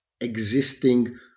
existing